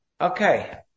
okay